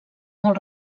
molt